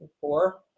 four